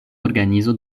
organizo